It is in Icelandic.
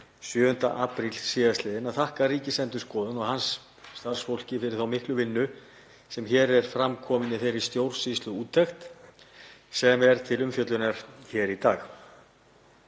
7. apríl síðastliðinn. Ég vil þakka ríkisendurskoðanda og hans starfsfólki fyrir þá miklu vinnu sem hér er fram komin í þessari stjórnsýsluúttekt sem er til umfjöllunar hér í dag.